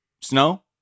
snow